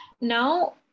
Now